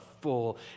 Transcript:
full